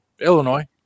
illinois